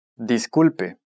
Disculpe